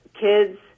kids